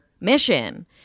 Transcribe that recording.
mission